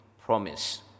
promise